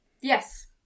Yes